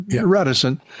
reticent